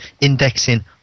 indexing